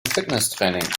fitnesstraining